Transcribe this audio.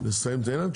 נסיים את העניין.